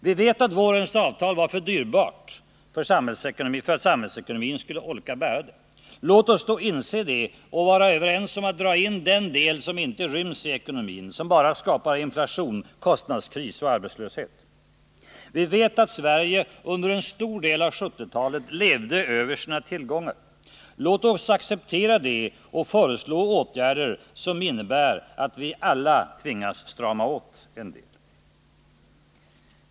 Vi vet att vårens avtal var för dyrbart för att samhällsekonomin skulle orka bära det. Låt oss då inse det och vara överens om att dra in den del som inte ryms i ekonomin, som bara skapar inflation, kostnadskris och arbetslöshet. Vi vet att Sverige under en stor del av 1970-talet levde över sina tillgångar. Låt oss acceptera det och föreslå åtgärder som innebär att vi alla tvingas strama åt en del.